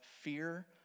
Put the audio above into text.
fear